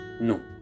No